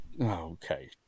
okay